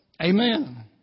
Amen